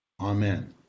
Amen